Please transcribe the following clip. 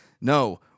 No